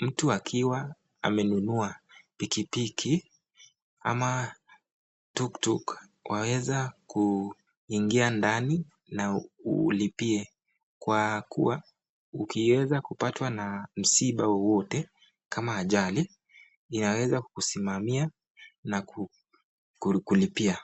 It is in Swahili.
mtu akiwa amenunua pikipiki ama tuktuk waweza kuingia ndani na ulipie kwa kuwa ukiweza kupatwa na msiba wowote kama ajali inaweza kukusimamia na kukulipia.